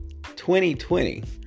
2020